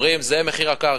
אומרים: זה מחיר הקרקע,